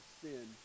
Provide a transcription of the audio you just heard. sin